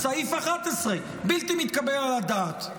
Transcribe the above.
-- סעיף 11, בלתי מתקבל על הדעת.